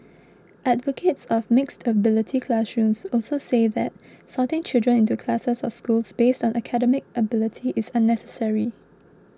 advocates of mixed ability classrooms also say that sorting children into classes or schools based on academic ability is unnecessary